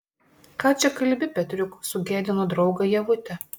ką čia kalbi petriuk sugėdino draugą ievutė